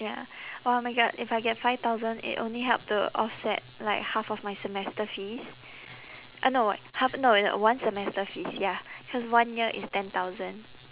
ya oh my god if I get five thousand it only help to offset like half of my semester fees uh no wait half no i~ uh one semester fees ya cause one year is ten thousand